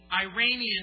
Iranian